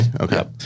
Okay